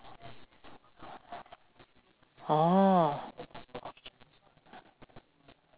orh